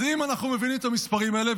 אז אם אנחנו מבינים את המספרים האלה,